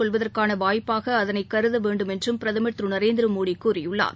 கொள்வதற்கான வாய்ப்பாக அதனைக் கருத வேண்டும் என்றும் பிரதமர் திரு நரேந்திர மோடி கூறியுள்ளார்